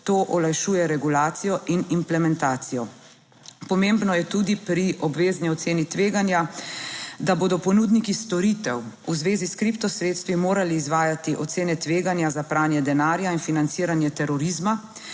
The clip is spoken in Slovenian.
To olajšuje regulacijo in implementacijo. Pomembno je tudi pri obvezni oceni tveganja, da bodo ponudniki storitev v zvezi s kripto sredstvi morali izvajati ocene tveganja za pranje denarja in financiranje terorizma